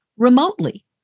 Remotely